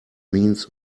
means